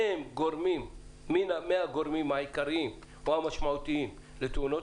והם מהגורמים העיקריים או המשמעותיים לתאונות,